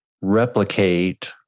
replicate